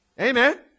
Amen